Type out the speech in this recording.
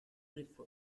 brief